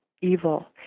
evil